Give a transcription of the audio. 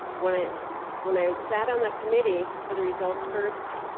when i when i sat on the committee for the results first